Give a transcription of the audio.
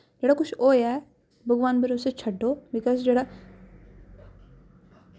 जेह्ड़ा कुछ होएआ ऐ भगवान भरोसे छड्डो बिकास जेह्ड़ा